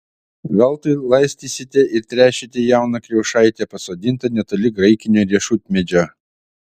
veltui laistysite ir tręšite jauną kriaušaitę pasodintą netoli graikinio riešutmedžio